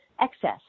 excess